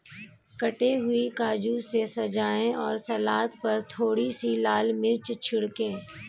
कटे हुए काजू से सजाएं और सलाद पर थोड़ी सी लाल मिर्च छिड़कें